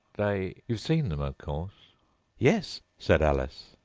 they you've seen them, of course yes, said alice,